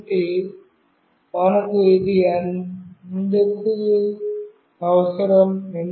కాబట్టి మనకు ఇది ఎందుకు అవసరం